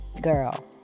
girl